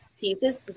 pieces